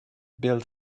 built